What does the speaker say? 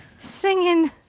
singing.